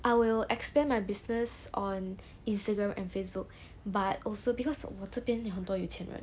I will expand my business on instagram and facebook but also because 我这边有很多有钱人